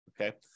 okay